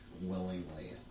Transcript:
willingly